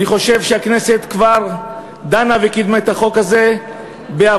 אני חושב שהכנסת כבר דנה וקידמה את החוק הזה בעבר,